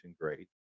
great